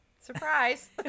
Surprise